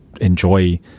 enjoy –